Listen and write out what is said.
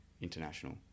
international